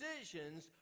decisions